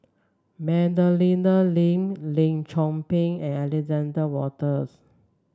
Madeleine Lee Lim Chor Pee and Alexander Wolters